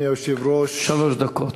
שלוש דקות.